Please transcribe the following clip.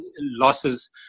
Losses